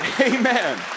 Amen